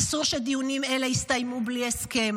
אסור שדיונים האלה יסתיימו בלי הסכם